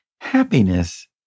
Happiness